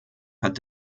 hat